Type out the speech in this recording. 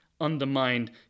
undermined